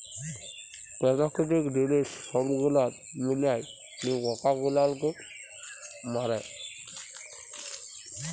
পেরাকিতিক জিলিস ছব গুলাল মিলায় যে পকা গুলালকে মারে